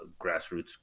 grassroots